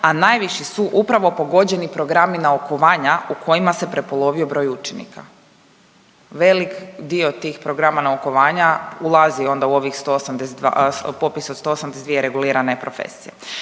a najviši su upravo pogođeni programi naukovanja u kojima se prepolovio broj učenika. Velik dio tih programa naukovanja ulazi onda u ovih, popis od 182 regulirane profesije.